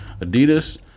Adidas